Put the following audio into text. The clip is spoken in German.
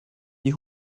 die